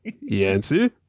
Yancy